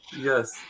Yes